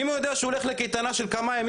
אם הוא יודע שהוא הולך לקייטנה של כמה ימים,